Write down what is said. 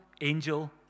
angel